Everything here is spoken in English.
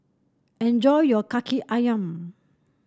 enjoy your Kaki ayam